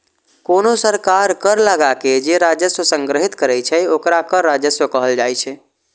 कोनो सरकार कर लगाके जे राजस्व संग्रहीत करै छै, ओकरा कर राजस्व कहल जाइ छै